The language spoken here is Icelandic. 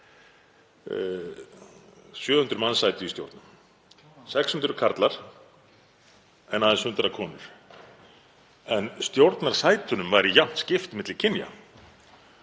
700 manns sætu í stjórnum, 600 karlar en aðeins 100 konur. En stjórnarsætunum væri jafnt skipt milli kynja,